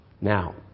now